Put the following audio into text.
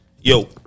Yo